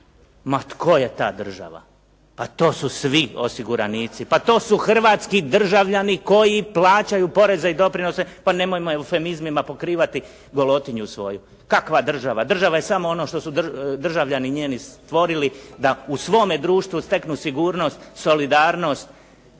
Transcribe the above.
Ma tko je ta država? To su svi osiguranici. Pa to su hrvatski državljani koji plaćaju poreze i doprinose pa nemojmo eufemizmima pokrivati golotinju svoju. Kakva država? Država je samo ono što su državljani njeni stvorili da u svome društvu steknu sigurnost, solidarnost.